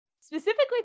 specifically